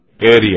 area